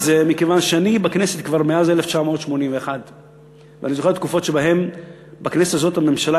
מכיוון שאני בכנסת מאז 1981 ואני זוכר תקופות שבהן בכנסת הזאת הממשלה